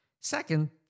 Second